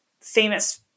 famous